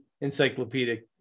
encyclopedic